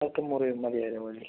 പത്ത് മുറി മതി അത് മതി